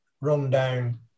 rundown